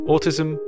Autism